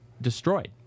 destroyed